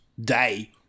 day